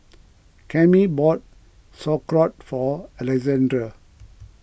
Cammie bought Sauerkraut for Alexandre